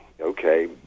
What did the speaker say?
okay